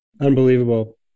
Unbelievable